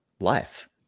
life